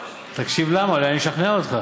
תקשיב למה, אולי אשכנע אותך.